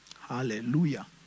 Hallelujah